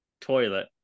toilet